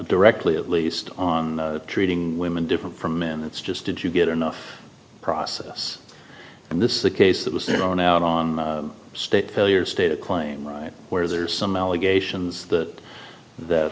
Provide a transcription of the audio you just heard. directly at least on treating women different from men it's just did you get enough process and this is the case that was there on out on state failure state a claim right where there's some allegations that that